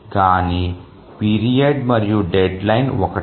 దాని పీరియడ్ మరియు డెడ్లైన్ ఒకటే